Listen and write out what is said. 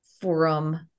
forum